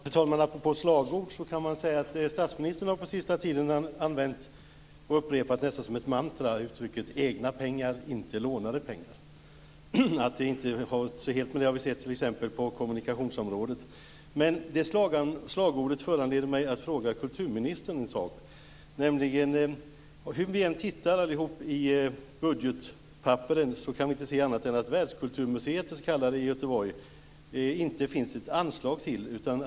Fru talman! På tal om slagord har statsministern på sista tiden använt uttrycket "egna pengar, inte lånade pengar" och upprepat det nästan som ett mantra. Att detta inte har hållit helt har vi sett t.ex. på kommunikationsområdet. Men detta slagord föranleder mig att fråga kulturministern en sak. Hur vi än tittar i budgetpapperen kan vi inte se annat än att det inte finns något anslag till det s.k. Världskulturmuseet i Göteborg.